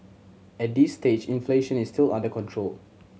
at this stage inflation is still under control